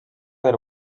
del